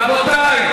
רבותי,